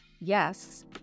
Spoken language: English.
yes